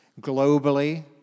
globally